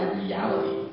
reality